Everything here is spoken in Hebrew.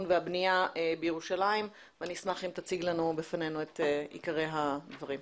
והבנייה בירושלים ואני אשמח אם תציג בפנינו את עיקרי הדברים.